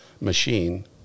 machine